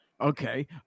Okay